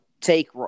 take